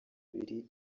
biri